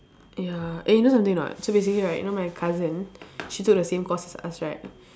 ya eh you know something or not so basically right you know my cousin she took the same course as us right